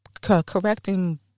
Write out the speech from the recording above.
correcting